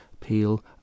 Peel